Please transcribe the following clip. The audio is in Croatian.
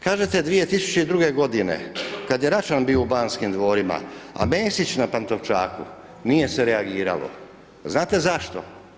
Kažete 2002. g. kada je Račan bio u Banskim dvorima, a Mesić na Pantovčaku, nije se reagiralo, znate zašto?